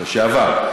לשעבר.